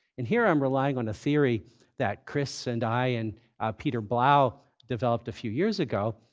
and here, i'm relying on a theory that chris and i and peter blau developed a few years ago,